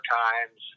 times